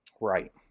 Right